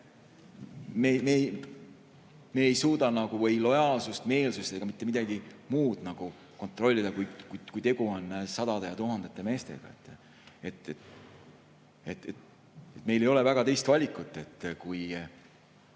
Me ei suuda lojaalsust, meelsust ega mitte midagi muud kontrollida, kui tegu on sadade ja tuhandete meestega. Meil ei ole väga teist valikut, kui